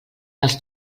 dels